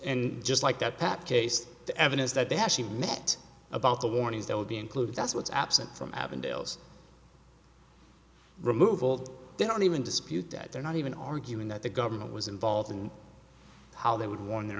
and just like that pat case the evidence that they actually met about the warnings they would be included that's what's absent from avondale removal they don't even dispute that they're not even arguing that the government was involved in how they would warn their